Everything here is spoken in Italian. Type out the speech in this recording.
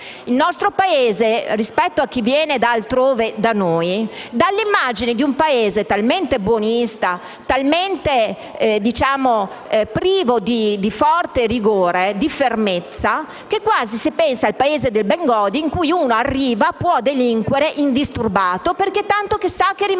Il nostro Paese, rispetto a chi viene da altrove da noi, dà l'immagine di un Paese talmente buonista, talmente privo di rigore e di fermezza, da far pensare quasi al paese di Bengodi, in cui uno arriva e può delinquere indisturbato, perché tanto sa che rimarrà